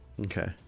Okay